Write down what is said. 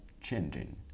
changing